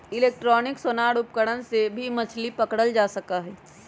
electronic sonar उपकरण से भी मछली पकड़ल जा सका हई